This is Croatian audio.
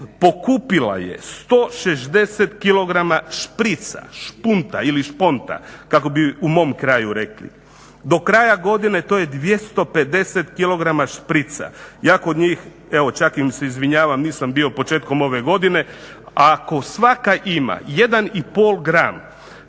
pokupila je 160 kg šprica, špunta ili šponta kako bi u mom kraju rekli. Do kraja godine to je 250 kg šprica. Ja kod njih, evo čak im se izvinjavam, nisam bio početkom ove godine, ako svaka ima 1,5 gram